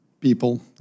people